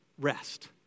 Rest